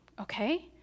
okay